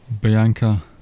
Bianca